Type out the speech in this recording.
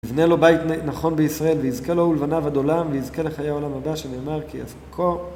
ייבנה לו בית נכון בישראל, ויזכה לו ולבניו עד עולם, ויזכה לחיי העולם הבא, שנאמר כי אז כה...